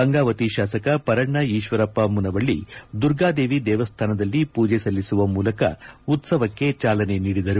ಗಂಗಾವತಿ ಶಾಸಕ ಪರಣ್ಣ ಈಶ್ವರಪ್ಪ ಮುನವಳ್ಳಿ ದುರ್ಗಾದೇವಿ ದೇವಸ್ಥಾನದಲ್ಲಿ ಪೂಜೆ ಸಲ್ಲಿಸುವ ಮೂಲಕ ಉತ್ಪವಕ್ಕೆ ಚಾಲನೆ ನೀಡಿದರು